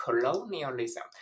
colonialism